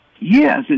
Yes